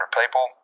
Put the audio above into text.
people